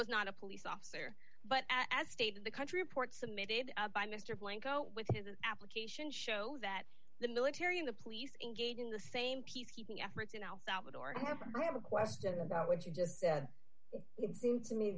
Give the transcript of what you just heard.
was not a police officer but as state of the country report submitted by mr blanco with his application show that the military and the police engaged in the same peacekeeping efforts in el salvador however i have a question about what you just said it would seem to me